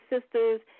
sisters